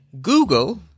Google